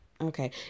Okay